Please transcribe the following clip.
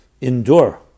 endure